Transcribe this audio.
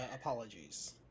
apologies